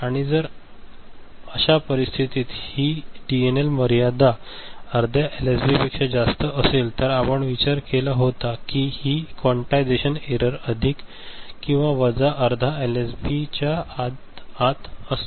आणि जर अशा परिस्थितीसाठी ही डीएनएल मर्यादा अर्ध्या एलएसबीपेक्षा जास्त असेल तर आपण विचार केला होता की ही क्वान्टायझेशन एरर अधिक किंवा वजा अर्धा एलएसबीच्या आत असतो